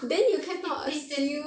then you cannot